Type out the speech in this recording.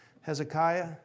Hezekiah